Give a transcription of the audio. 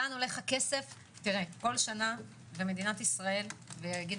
לאן הולך הכסף כל שנה במדינת ישראל ויגיד